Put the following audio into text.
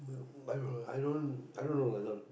i don't know i don't know i don't